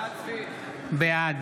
בעד